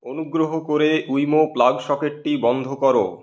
অনুগ্রহ করে Wemo plug সকেটটি বন্ধ করো